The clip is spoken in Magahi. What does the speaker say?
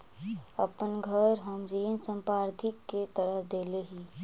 अपन घर हम ऋण संपार्श्विक के तरह देले ही